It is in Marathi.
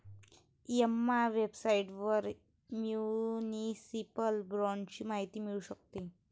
एम्मा वेबसाइटवर म्युनिसिपल बाँडची माहिती मिळू शकते